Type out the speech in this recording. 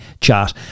chat